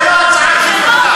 זה לא הצעה שלי.